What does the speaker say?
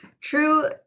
true